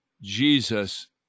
Jesus